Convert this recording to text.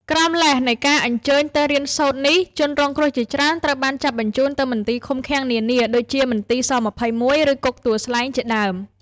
ក្រោមលេសនៃការ "អញ្ជើញទៅរៀនសូត្រ" នេះ ជនរងគ្រោះជាច្រើនត្រូវបានចាប់បញ្ជូនទៅមន្ទីរឃុំឃាំងនានា ដូចជាមន្ទីរស-២១ ឬ គុកទួលស្លែងជាដើម។